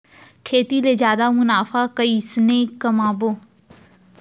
खेती ले जादा मुनाफा कइसने कमाबो?